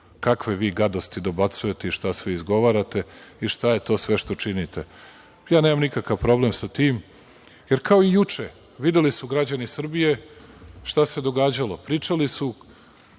kakve vi gadosti dobacujete i šta sve izgovarate i šta je to sve što činite. Ja nemam nikakav problem sa tim, jer kao i juče, videli su građani Srbije šta se događalo. Pričali su